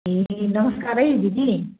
ए नमस्कार है दिदी